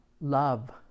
Love